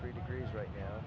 three degrees right now